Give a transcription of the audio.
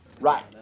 Right